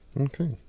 Okay